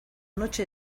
noche